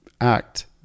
act